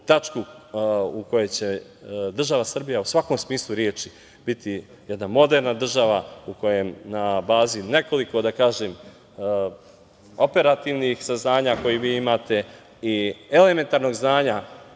tačku u kojoj će država Srbija u svakom smislu reči biti jedna moderna država, u kojoj na bazi nekoliko operativnih saznanja koje vi imate i elementarnog znanja